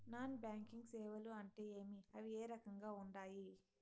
non banking సేవలు అంటే ఏమి అవి ఏ రకంగా ఉండాయి